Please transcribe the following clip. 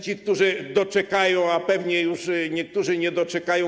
Ci, którzy doczekają - pewnie niektórzy nie doczekają.